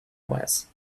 was